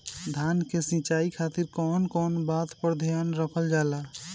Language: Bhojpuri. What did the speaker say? धान के सिंचाई खातिर कवन कवन बात पर ध्यान रखल जा ला?